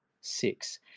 six